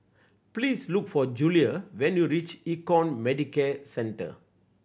please look for Julia when you reach Econ Medicare Centre